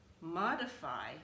modify